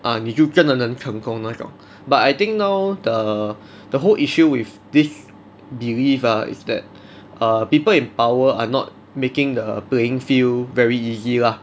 ah 你就真的能成功那种 but I think now the the whole issue with this belief ah is that err people in power are not making the playing field very easy lah